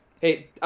hey